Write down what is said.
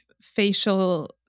facial